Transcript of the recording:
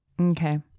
Okay